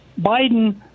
biden